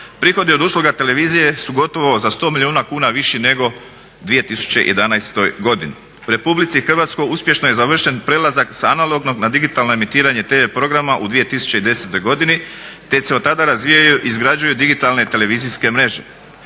prihodi od usluga televizije su gotovo za 100 milijuna kuna viši nego u 2011. godini. U RH uspješno je završen prelazak sa analognog na digitalno emitiranje tv programa u 2010. godini te se otada razvijaju i izgrađuju digitalne televizijske mreže.